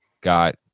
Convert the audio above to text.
Got